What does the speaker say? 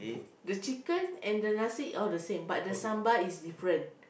the chicken and the nasi all the same but the sambal is different